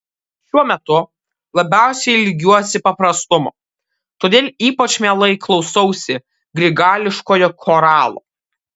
šiuo metu labiausiai ilgiuosi paprastumo todėl ypač mielai klausausi grigališkojo choralo